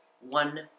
one